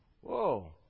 Whoa